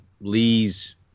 Lee's